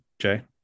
jay